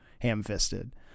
ham-fisted